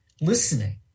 listening